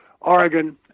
Oregon